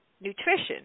nutrition